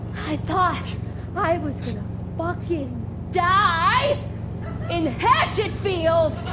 i thought i was fucking die in hatchetfield